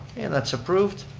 and that's approved.